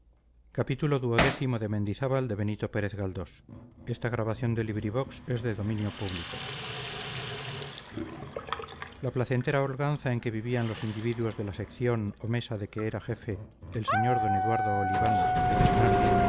tos la placentera holganza en que vivían los individuos de la sección o mesa de que era jefe el sr d eduardo oliván e iznardi